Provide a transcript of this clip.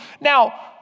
Now